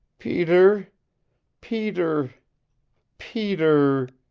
peter peter peter